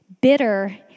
Bitter